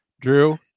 drew